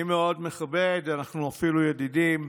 אני מאוד מכבד, אנחנו אפילו ידידים.